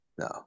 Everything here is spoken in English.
no